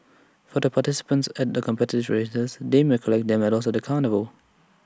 for the participants of the competitive races they may collect their medals at the carnival